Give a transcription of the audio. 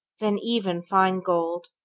than even fine gold.